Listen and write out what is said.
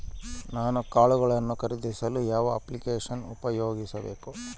ನಾನು ಕಾಳುಗಳನ್ನು ಖರೇದಿಸಲು ಯಾವ ಅಪ್ಲಿಕೇಶನ್ ಉಪಯೋಗಿಸಬೇಕು?